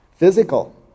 physical